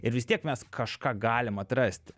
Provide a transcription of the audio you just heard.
ir vis tiek mes kažką galim atrasti